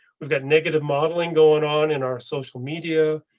we've got negative modeling going on in our social media.